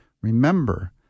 Remember